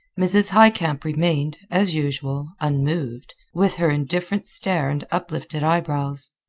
mrs. highcamp remained, as usual, unmoved, with her indifferent stare and uplifted eyebrows.